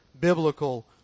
biblical